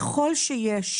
ככל שיש